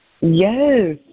Yes